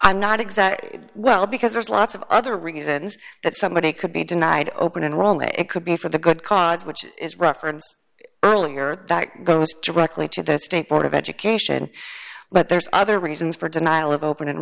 i'm not exactly well because there's lots of other reasons that somebody could be denied open enrollment it could be for the good cause which is reference earlier that goes directly to the state board of education but there's other reasons for denial of open